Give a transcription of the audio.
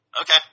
Okay